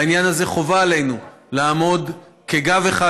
בעניין הזה חובה עלינו לעמוד כאיש אחד,